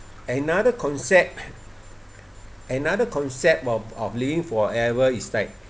another concept another concept of of living forever is like